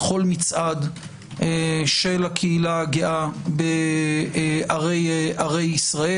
לכל מצעד של הקהילה הגאה בערי ישראל.